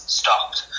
stopped